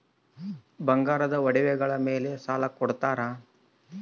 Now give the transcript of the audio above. ಬಂಗಾರದ ಒಡವೆಗಳ ಮೇಲೆ ಸಾಲ ಕೊಡುತ್ತೇರಾ?